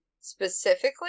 Specifically